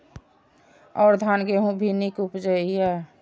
और धान गेहूँ भी निक उपजे ईय?